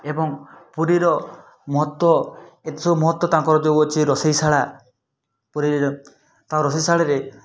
ଏବଂ ପୁରୀର ମହତ୍ତ୍ୱ ଏତେ ସବୁ ମହତ୍ତ୍ୱ ତାଙ୍କର ଯେଉଁ ଅଛି ରୋଷେଇଶାଳା ପୁରୀରେ ତାଙ୍କ ରୋଷେଇଶାଳାରେ